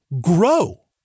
grow